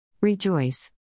Rejoice